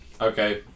okay